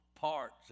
Parts